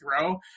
throw